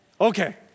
Okay